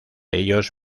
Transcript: ellos